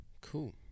Cool